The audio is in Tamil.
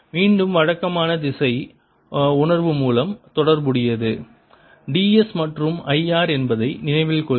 மீண்டும் வழக்கமான திசை உணர்வு மூலம் தொடர்புடையது d s மற்றும் I R என்பதை நினைவில் கொள்க